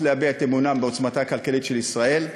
להביע את אמונן בעוצמתה הכלכלית של ישראל,